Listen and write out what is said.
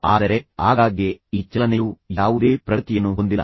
ಆದರೆ ಆಗಾಗ್ಗೆ ಈ ಚಲನೆಯು ಯಾವುದೇ ಪ್ರಗತಿಯನ್ನು ಹೊಂದಿಲ್ಲ